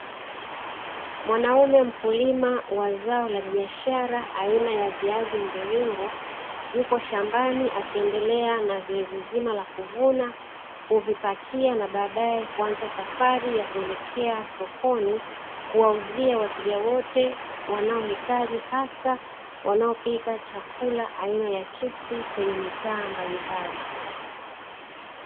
Mwanaume mkulima wa zao la biashara aina ya viazi mviringo, yupo shambani akiendelea na zoezi zima la kuvuna, kuvipakia na baadae kuanza safari ya kuelekea sokoni kwa ajili ya kuwauzia wateja wote wanaohitaji, hasa wanaopika chakula aina ya chipsi kwenye mitaa mbalimbali.